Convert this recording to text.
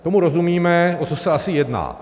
Tomu rozumíme, o co se asi jedná.